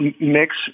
mix